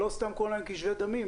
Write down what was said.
לא סתם קוראים להם כבישי דמים,